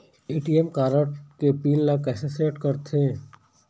ATM card के pin ला कैसे सेट करथे?